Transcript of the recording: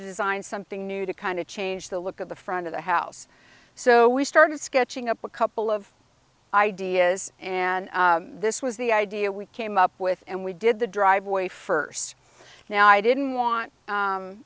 design something new to kind of change the look of the front of the house so we started sketching up a couple of ideas and this was the idea we came up with and we did the driveway first now i didn't want